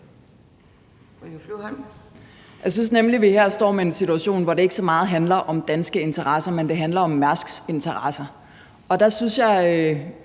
Jeg synes nemlig, at vi her står med en situation, hvor det ikke så meget handler om danske interesser, men hvor det handler om Mærsks interesser, og der synes jeg